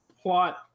plot